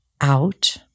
out